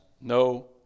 no